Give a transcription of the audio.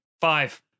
Five